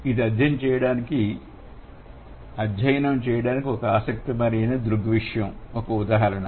ఇది అధ్యయనం చేయడానికి ఒక ఆసక్తికరమైన దృగ్విషయం ఒక ఉదాహరణ